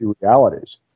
realities